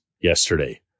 yesterday